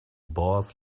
boss